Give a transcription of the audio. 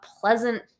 pleasant